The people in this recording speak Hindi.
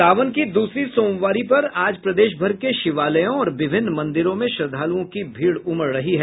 सावन की दूसरी सोमवारी पर आज प्रदेश भर के शिवालायों और विभिन्न मंदिरों में श्रद्वालुओं की भीड़ उमड़ रही है